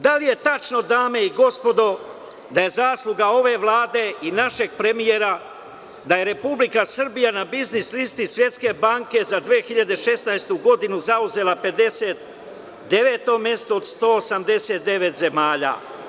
Da li je tačno dame i gospodo da je zasluga ove Vlade i našeg premijera da je Republika Srbija na biznis listi svetske banke za 2016. godinu zauzela 59. mesto od 189 zemalja?